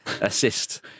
assist